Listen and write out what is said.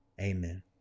Amen